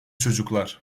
çocuklar